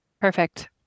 Perfect